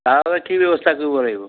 তাৰবাবে কি ব্যৱস্থা কৰিব লাগিব